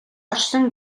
орчлон